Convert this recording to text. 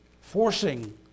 forcing